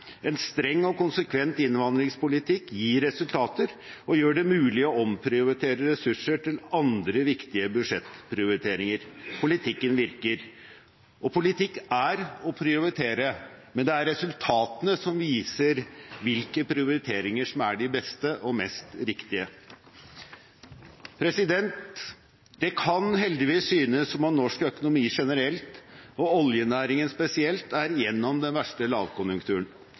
En streng og konsekvent innvandringspolitikk gir resultater og gjør det mulig å omprioritere ressurser til andre viktige budsjettprioriteringer. Politikken virker. Politikk er å prioritere, men det er resultatene som viser hvilke prioriteringer som er de beste og mest riktige. Det kan heldigvis synes som om norsk økonomi generelt, og oljenæringen spesielt, er gjennom den verste lavkonjunkturen.